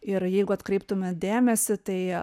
ir jeigu atkreiptume dėmesį tai